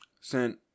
sent